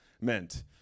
meant